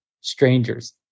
strangers